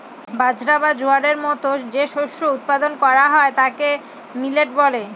বাজরা, জোয়ারের মতো যে শস্য উৎপাদন করা হয় তাকে মিলেট বলে